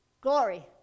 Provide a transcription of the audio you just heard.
Glory